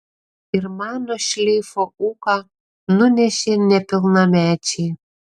ir mano šleifo ūką nunešė nepilnamečiai